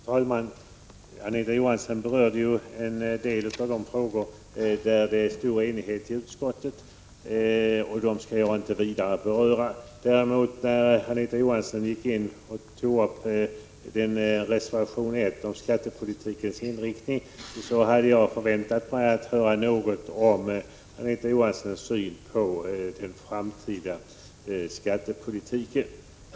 Fru talman! Anita Johansson berörde en del av de frågor där det råder stor enighet i utskottet. Dem skall jag inte vidare diskutera. När Anita Johansson tog upp reservation 1 om skattepolitikens inriktning hade jag väntat mig att få höra något om Anita Johanssons syn på den framtida skattepolitiken.